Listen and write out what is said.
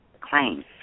claim